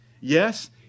Yes